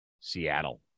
Seattle